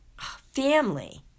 family